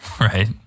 Right